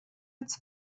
its